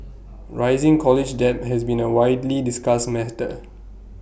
rising college debt has been A widely discussed matter